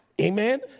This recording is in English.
Amen